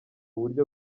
buryo